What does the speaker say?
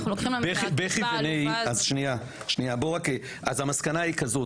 אז המסקנה היא כזו,